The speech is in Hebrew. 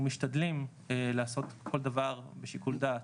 משתדלים לעשות כל דבר בשיקול דעת.